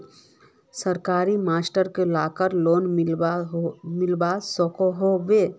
सरकारी मास्टर लाक लोन मिलवा सकोहो होबे?